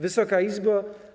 Wysoka Izbo!